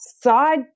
side